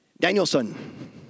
Danielson